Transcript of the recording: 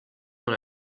dans